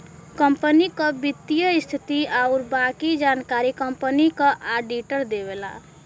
company क वित्तीय स्थिति आउर बाकी जानकारी कंपनी क आडिटर देवला